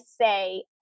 say